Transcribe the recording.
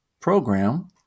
program